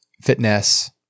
fitness